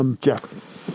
Jeff